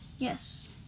yes